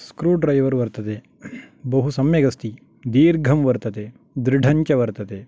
screwdriver वर्तते बहु सम्यगस्ति दीर्घं वर्तते दृढञ्च वर्तते